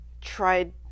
tried